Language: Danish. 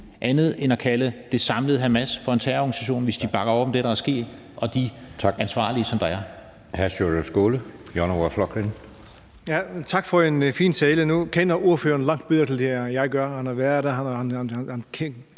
gøre end at kalde det samlede Hamas for en terrororganisation, hvis de bakker op om det, der er sket, og om dem, der er